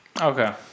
okay